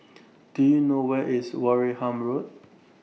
Do YOU know Where IS Wareham Road